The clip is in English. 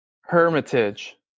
Hermitage